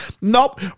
Nope